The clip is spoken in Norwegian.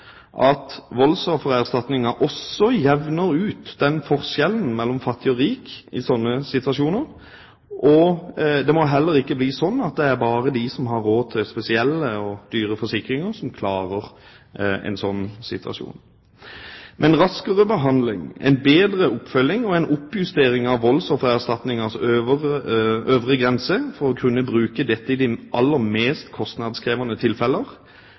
at voldsoffererstatninga også jevner ut forskjellen mellom fattig og rik i slike situasjoner, og det må heller ikke bli sånn at det bare er de som har råd til spesielle og dyre forsikringer som klarer en sånn situasjon. Men raskere behandling, en bedre oppfølging og oppjustering av voldsoffererstatningas øvre grense for å kunne bruke dette i de aller mest kostnadskrevende